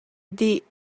dih